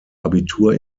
abitur